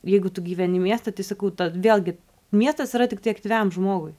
jeigu tu gyveni mieste tai sakau ta vėlgi miestas yra tiktai aktyviam žmogui